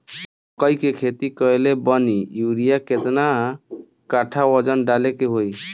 मकई के खेती कैले बनी यूरिया केतना कट्ठावजन डाले के होई?